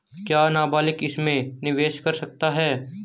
क्या नाबालिग इसमें निवेश कर सकता है?